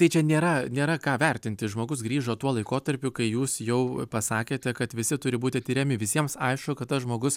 tai čia nėra nėra ką vertinti žmogus grįžo tuo laikotarpiu kai jūs jau pasakėte kad visi turi būti tiriami visiems aišku kad tas žmogus